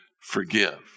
forgive